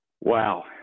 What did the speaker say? Wow